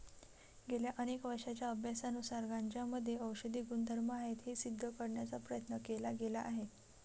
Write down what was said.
गेल्या अनेक वर्षांच्या अभ्यासानुसार गांजामध्ये औषधी गुणधर्म आहेत हे सिद्ध करण्याचा प्रयत्न केला गेला आहे